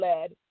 led